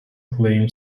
claim